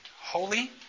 Holy